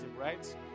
right